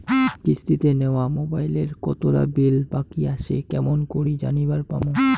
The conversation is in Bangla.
কিস্তিতে নেওয়া মোবাইলের কতোলা বিল বাকি আসে কেমন করি জানিবার পামু?